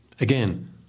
Again